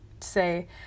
say